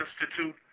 Institute